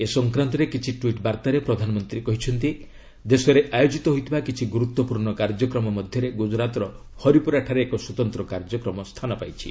ଏ ସଂକ୍ରାନ୍ତରେ କିଛି ଟ୍ୱିଟ୍ ବାର୍ତ୍ତାରେ ପ୍ରଧାନମନ୍ତ୍ରୀ କହିଛନ୍ତି ଦେଶରେ ଆୟୋଜିତ ହୋଇଥିବା କିଛି ଗୁରୁତ୍ୱପୂର୍ଣ୍ଣ କାର୍ଯ୍ୟକ୍ରମ ମଧ୍ୟରେ ଗୁଜରାତ୍ର ହରିପୁରା ଠାରେ ଏକ ସ୍ୱତନ୍ତ୍ର କାର୍ଯ୍ୟକ୍ରମ ସ୍ଥାନ ପାଇଛି